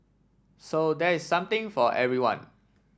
so there is something for everyone